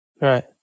Right